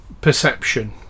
perception